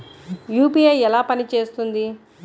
UPI ఎలా పనిచేస్తుంది?